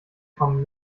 kommen